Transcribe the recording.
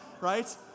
right